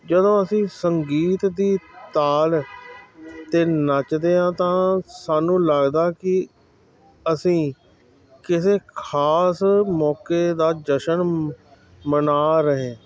ਜਦੋਂ ਅਸੀਂ ਸੰਗੀਤ ਦੀ ਤਾਲ 'ਤੇ ਨੱਚਦੇ ਹਾਂ ਤਾਂ ਸਾਨੂੰ ਲੱਗਦਾ ਕਿ ਅਸੀਂ ਕਿਸੇ ਖ਼ਾਸ ਮੌਕੇ ਦਾ ਜਸ਼ਨ ਮਨਾ ਰਹੇ